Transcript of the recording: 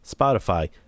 Spotify